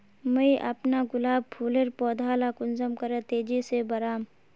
मुई अपना गुलाब फूलेर पौधा ला कुंसम करे तेजी से बढ़ाम?